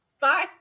bye